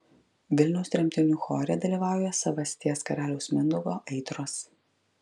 vilniaus tremtinių chore dalyvauja savasties karaliaus mindaugo aitros